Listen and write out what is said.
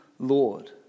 Lord